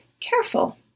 careful